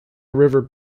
river